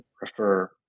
refer